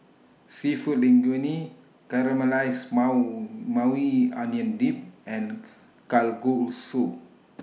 Seafood Linguine Caramelized Maui Onion Dip and Kalguksu